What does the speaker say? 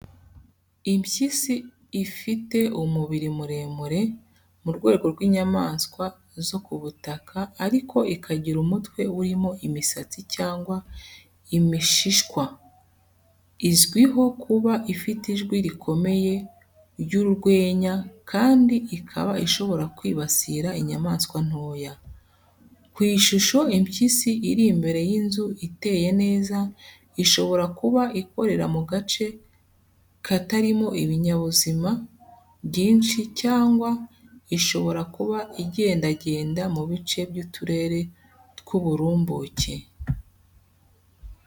Impyisi ifite umubiri muremure, mu rwego rw’inyamaswa zo ku butaka, ariko ikagira umutwe urimo imisatsi cyangwa imishishwa. Izwiho kuba ifite ijwi rikomeye ry’urwenya kandi ikaba ishobora kwibasira inyamaswa ntoya. Ku ishusho impyisi iri imbere y'inzu iteye neza ishobora kuba ikorera mu gace kitarimo ibinyabuzima byinshi, cyangwa ishobora kuba igendagenda mu bice by'uturere tw'uburumbuke.